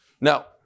Now